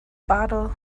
bottle